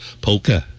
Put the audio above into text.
Polka